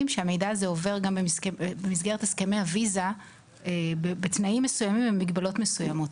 שהמידע הזה עובר גם במסגרת הסכמי הוויזה בתנאים מסוימים ובמגבלות מסוימות,